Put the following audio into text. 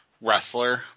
wrestler